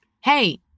hey